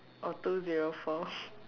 oh two zero fourth